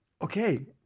Okay